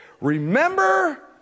remember